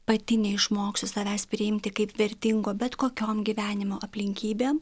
pati neišmoksiu savęs priimti kaip vertingo bet kokiom gyvenimo aplinkybėm